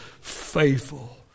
faithful